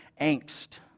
angst